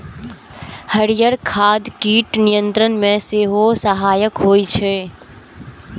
हरियर खाद कीट नियंत्रण मे सेहो सहायक होइ छै